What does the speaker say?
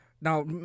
now